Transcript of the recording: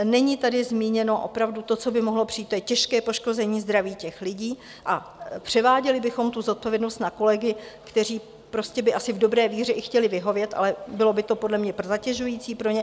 Není tady zmíněno opravdu to, co by mohlo přijít, to je těžké poškození zdraví těch lidí, a převáděli bychom tu zodpovědnost na kolegy, kteří by asi v dobré víře i chtěli vyhovět, ale bylo by to podle mě zatěžující pro ně.